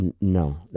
No